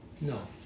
no